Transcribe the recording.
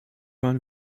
waren